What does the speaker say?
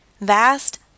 Vast